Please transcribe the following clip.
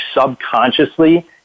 subconsciously